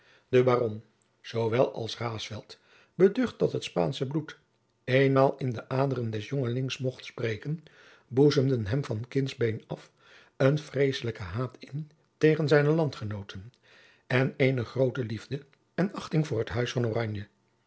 de baron zoowel als raesfelt beducht dat het spaansche bloed eenmaal in de aderen des jongelings mocht spreken boezemden hem van kindsbeen af een vreeslijken haat in tegen zijne landgenooten en eene groote liefde en achting voor het huis van oranje